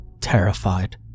terrified